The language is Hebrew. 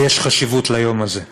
אז יש חשיבות ליום הזה.